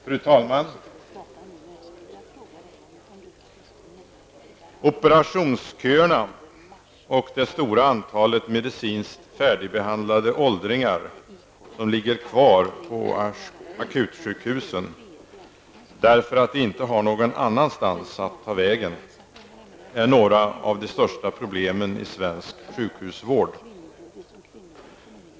Fru talman! Operationsköerna och det stora antalet medicinskt färdigbehandlade åldringar som ligger kvar på akutsjukhusen, därför att de inte har någon annanstans att ta vägen, är några av de största problemen i svensk sjukhusvård.